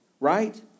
Right